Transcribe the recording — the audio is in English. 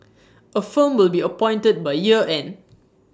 A firm will be appointed by year end